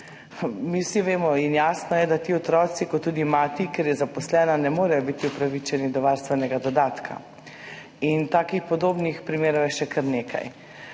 Mi vsi vemo in jasno je, da ti otroci, kot tudi mati, ker je zaposlena, ne morejo biti upravičeni do varstvenega dodatka. Takih podobnih primerov je še kar nekaj.